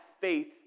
faith